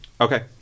Okay